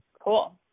Cool